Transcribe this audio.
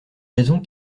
raisons